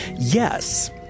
Yes